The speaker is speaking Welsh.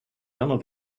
anodd